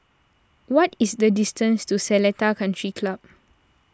what is the distance to Seletar Country Club